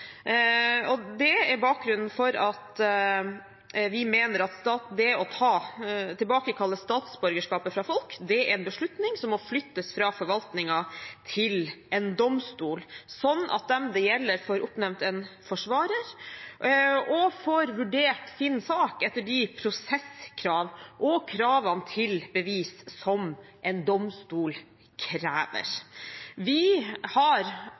Det er bakgrunnen for at vi mener at det å tilbakekalle folks statsborgerskap er en beslutning som må flyttes fra forvaltningen til en domstol, slik at de det gjelder, får oppnevnt en forsvarer og får vurdert sin sak etter de prosesskrav og krav til bevis som en domstol krever. Vi har